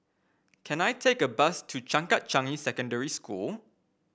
can I take a bus to Changkat Changi Secondary School